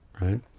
right